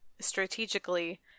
strategically